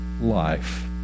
life